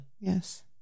Yes